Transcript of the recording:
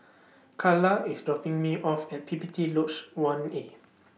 Karla IS dropping Me off At P P T Lodge one A